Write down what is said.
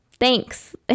thanks